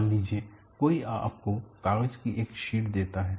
मान लीजिए कोई आपको कागज की एक शीट देता है